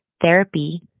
therapy